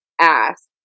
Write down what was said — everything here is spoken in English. ask